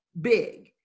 big